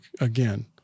again